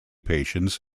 patients